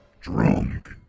DRUNK